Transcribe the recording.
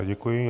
Děkuji.